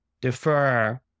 defer